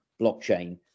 blockchain